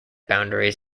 boundaries